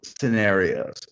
scenarios